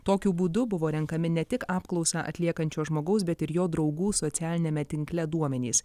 tokiu būdu buvo renkami ne tik apklausą atliekančio žmogaus bet ir jo draugų socialiniame tinkle duomenys